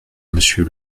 monsieur